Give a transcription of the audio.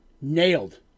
nailed